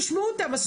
תשמעו אותם.